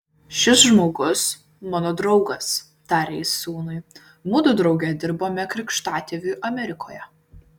šis žmogus mano draugas tarė jis sūnui mudu drauge dirbome krikštatėviui amerikoje